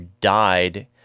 died